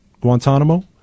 Guantanamo